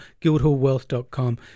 guildhallwealth.com